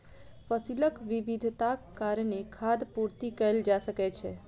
फसीलक विविधताक कारणेँ खाद्य पूर्ति कएल जा सकै छै